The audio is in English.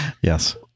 Yes